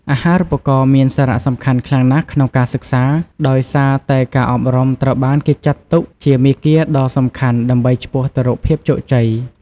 អាហារូបករណ៍មានសារៈសំខាន់ខ្លាំងណាស់ក្នុងការសិក្សា ដោយសារតែការអប់រំត្រូវបានគេចាត់ទុកជាមាគ៌ាដ៏សំខាន់ដើម្បីឆ្ពោះទៅរកភាពជោគជ័យ។